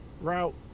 route